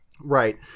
Right